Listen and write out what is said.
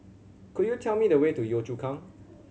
could you tell me the way to Yio Chu Kang